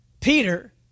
Peter